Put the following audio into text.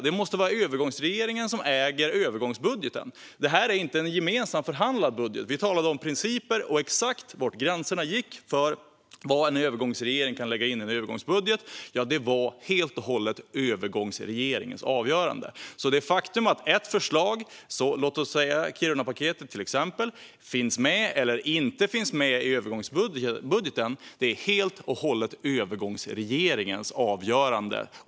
Det måste vara övergångsregeringen som äger övergångsbudgeten. Det är inte en gemensamt förhandlad budget. Vi talade om principer och exakt var gränserna gick. Vad en regering kan lägga in i en övergångsbudget var helt och hållet övergångsregeringens avgörande. Det faktum att ett förslag - låt oss säga till exempel Kirunapaketet - finns med eller inte finns med i övergångsbudgeten är helt och hållet övergångsregeringens avgörande.